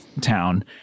town